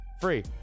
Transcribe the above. free